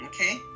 okay